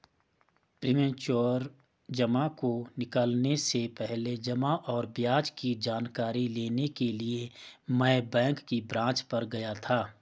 premature जमा को निकलने से पहले जमा और ब्याज की जानकारी लेने के लिए मैं बैंक की ब्रांच पर गया था